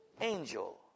Angel